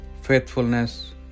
Faithfulness